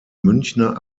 münchner